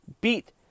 beat